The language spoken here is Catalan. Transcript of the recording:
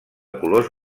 colors